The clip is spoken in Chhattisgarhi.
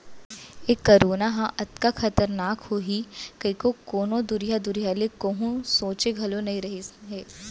ए करोना ह अतका खतरनाक होही कइको कोनों दुरिहा दुरिहा ले कोहूँ सोंचे घलौ नइ रहिन हें